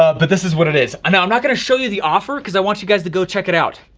but this is what it is. and i'm not gonna show you the offer, cause i want you guys to go check it out.